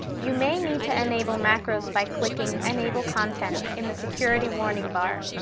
you may need to enable macros by clicking enable content in the security warning bar.